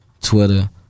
Twitter